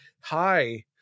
hi